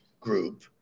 group